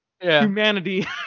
humanity